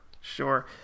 sure